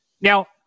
Now